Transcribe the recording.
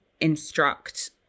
instruct